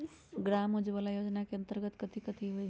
ग्राम उजाला योजना के अंतर्गत कथी कथी होई?